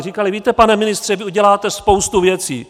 Říkali: Víte, pane ministře, vy uděláte spoustu věcí.